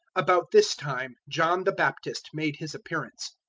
about this time john the baptist made his appearance,